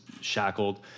shackled